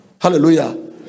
hallelujah